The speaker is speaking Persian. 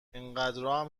انقدرام